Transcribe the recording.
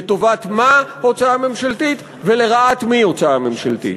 לטובת מה הוצאה ממשלתית, ולרעת מי הוצאה ממשלתית?